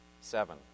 Seven